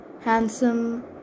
handsome